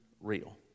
real